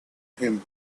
him